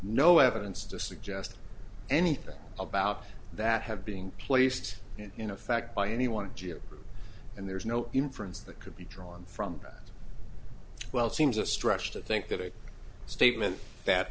no evidence to suggest anything about that have being placed in effect by anyone in jail and there's no inference that could be drawn from that well seems a stretch to think that a statement